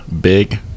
big